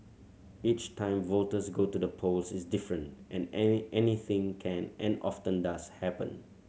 each time voters go to the polls is different and anything can and often does happen